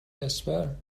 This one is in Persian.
اسپرم